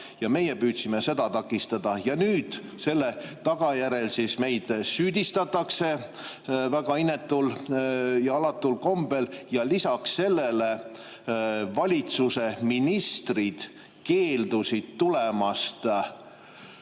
Meie püüdsime seda takistada. Ja nüüd selle tagajärjel meid süüdistatakse väga inetul ja alatul kombel, ja lisaks sellele valitsuse ministrid keeldusid tulemast